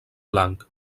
blanc